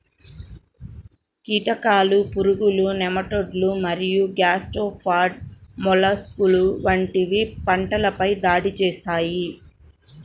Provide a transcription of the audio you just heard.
కీటకాలు, పురుగులు, నెమటోడ్లు మరియు గ్యాస్ట్రోపాడ్ మొలస్క్లు వంటివి పంటలపై దాడి చేస్తాయి